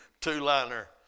two-liner